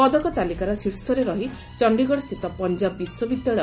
ପଦକ ତାଲିକାର ଶୀର୍ଷରେ ରହି ଚଣ୍ଡୀଗଡ଼ସ୍ଥିତ ପଞ୍ଜାବ ବିଶ୍ୱବିଦ୍ୟାଳୟ